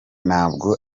ntabwo